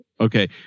Okay